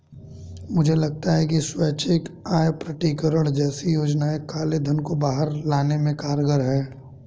मुझे लगता है कि स्वैच्छिक आय प्रकटीकरण जैसी योजनाएं काले धन को बाहर लाने में कारगर हैं